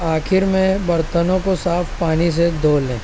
آخر میں برتنوں کو صاف پانی سے دھو لیں